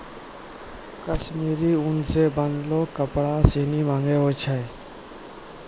कश्मीरी उन सें बनलो कपड़ा सिनी महंगो होय छै